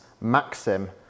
maxim